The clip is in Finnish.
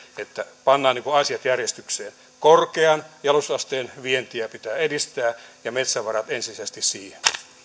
että pannaan asiat järjestykseen korkean jalostusasteen vientiä pitää edistää ja metsävarat ensisijaisesti siihen